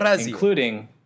including